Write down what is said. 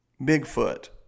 Bigfoot